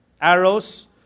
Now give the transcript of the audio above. arrows